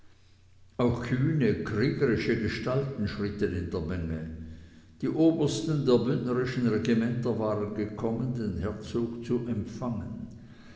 auch kühne kriegerische gestalten schritten in der menge die obersten der bündnerischen regimenter waren gekommen den herzog zu empfangen